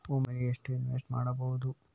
ಒಮ್ಮೆಗೆ ಎಷ್ಟು ಇನ್ವೆಸ್ಟ್ ಮಾಡ್ಬೊದು?